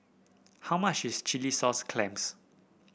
how much is Chilli Sauce Clams